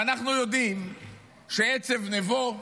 ואנחנו יודעים ש"עצב נבו"